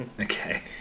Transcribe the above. Okay